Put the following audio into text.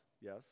yes